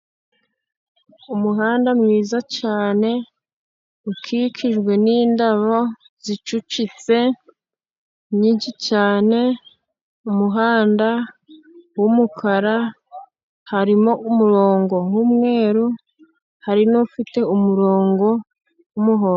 Umuhanda mwiza cyane ukikijwe n'indabo zicucitse nyinshi cyane. Umuhanda w'umukara harimo umurongo w'umweru hari n'ufite umurongo w'umuhondo.